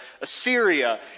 Assyria